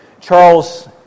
Charles